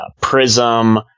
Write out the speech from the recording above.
Prism